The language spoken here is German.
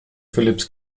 philips